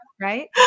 right